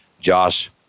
Josh